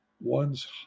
ones